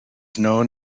known